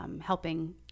Helping